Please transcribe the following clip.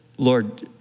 Lord